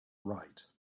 write